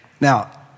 Now